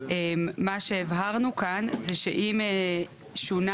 מה שהברהו כאן זה שאם שונה